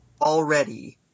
already –